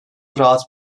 rahat